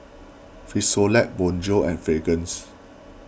Frisolac Bonjour and Fragrance